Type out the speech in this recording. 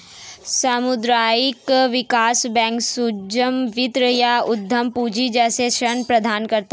सामुदायिक विकास बैंक सूक्ष्म वित्त या उद्धम पूँजी जैसे ऋण प्रदान करते है